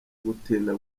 gutinda